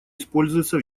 используется